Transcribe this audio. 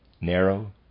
narrow